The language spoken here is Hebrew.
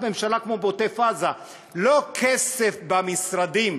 ממשלה כמו בעוטף-עזה ולא כסף במשרדים,